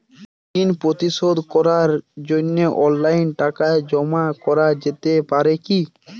ঋন পরিশোধ করার জন্য অনলাইন টাকা জমা করা যেতে পারে কি?